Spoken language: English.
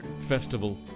festival